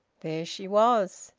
there she was!